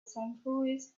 centuries